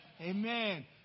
Amen